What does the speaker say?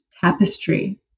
tapestry